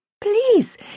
Please